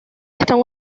están